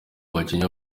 bakinnyi